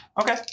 Okay